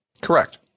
Correct